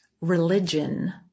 religion